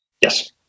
Yes